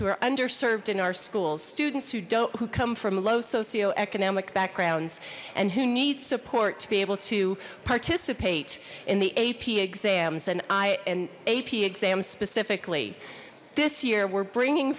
who are underserved in our schools students who don't who come from low socioeconomic backgrounds and who needs support to be able to participate in the ap exams and i an ap exam specifically this year were bringing